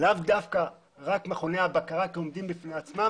לאו דווקא רק מכוני הבקרה כעומדים בפני עצמם.